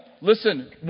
listen